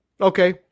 Okay